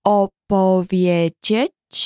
opowiedzieć